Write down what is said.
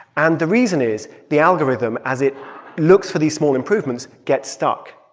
and the reason is the algorithm, as it looks for these small improvements, gets stuck.